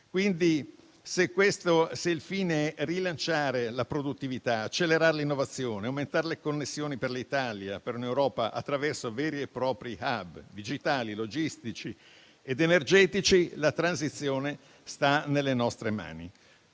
Se il fine è rilanciare la produttività, accelerare l'innovazione e aumentare le connessioni per l'Italia e l'Europa attraverso veri e propri *hub* digitali, logistici ed energetici, la transizione sta nelle nostre mani.